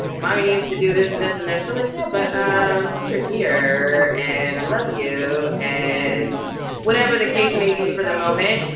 mommy needs to do this and this. and they're still like yeah, but since you're here, and i love you. and whatever the case may be for the moment,